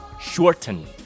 shorten